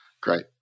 Great